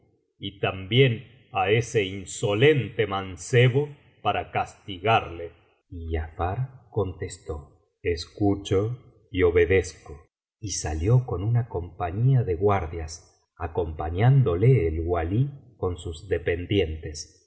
y también á ese insolente mancebo para castigarle y giafar contestó escucho y obedezco y salió con una compañía de guardias acompañándole el walí con sus dependientes